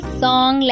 song